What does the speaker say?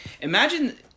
Imagine